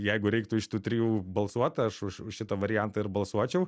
jeigu reiktų iš tų trijų balsuot aš už už šitą variantą ir balsuočiau